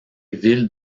ville